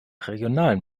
regionalen